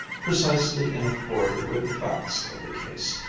precisely in accord with the facts of the case.